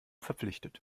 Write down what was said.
verpflichtet